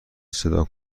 صدا